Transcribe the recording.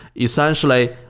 essentially,